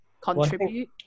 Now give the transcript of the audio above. contribute